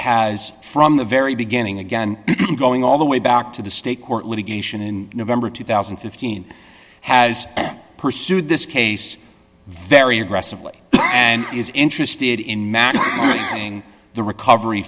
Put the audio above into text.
has from the very beginning again going all the way back to the state court litigation in november two thousand and fifteen has pursued this case very aggressively and is interested in magic going the recovery